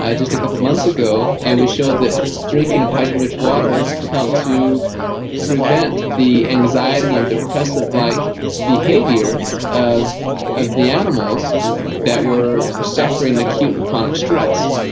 just a couple months ago, and we showed that drinking of hydrogen-rich water helped to prevent the anxiety and depressive-like behavior of of the animals that were suffering acute and chronic stress.